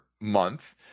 month